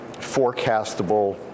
forecastable